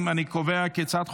מהחייל שהמצאת,